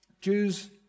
Jews